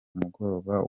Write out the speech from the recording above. mugoroba